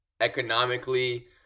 economically